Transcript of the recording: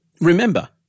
Remember